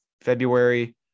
February